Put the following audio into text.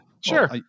Sure